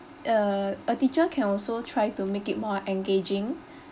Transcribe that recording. uh a teacher can also try to make it more uh engaging